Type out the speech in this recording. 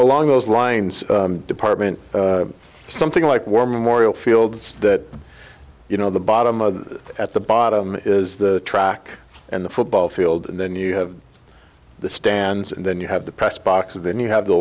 along those lines department something like war memorial fields that you know the bottom of at the bottom is the track and the football field and then you have the stands and then you have the press box with and you have the